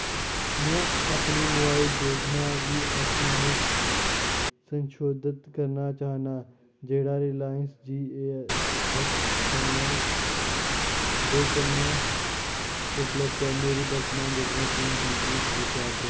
में अपनी मोबाइल योजना गी असीमत च संशोधत करना चाह्न्नां जेह्ड़ा रिलायंस जीऐस्सऐम्म दे कन्नै उपलब्ध ऐ मेरी वर्तमान योजना तिन्न जीबी रीचार्ज ऐ